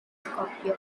scoppio